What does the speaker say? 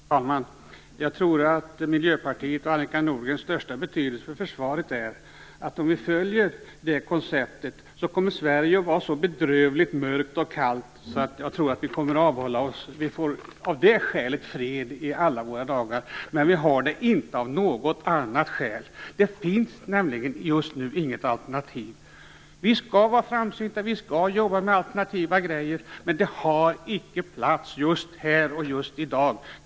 Fru talman! Jag skall tala om vad jag tror att Miljöpartiet och Annika Nordgrens största betydelse för försvaret är. Om vi följer det här konceptet kommer Sverige att vara så bedrövligt mörkt och kallt att vi avhåller oss från krig. Vi får av det skälet fred i alla våra dagar men inte av något annat skäl. Det finns nämligen inget alternativ just nu. Vi skall vara framsynta. Vi skall jobba med alternativ, men det finns icke plats just här, just i dag.